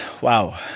Wow